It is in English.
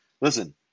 listen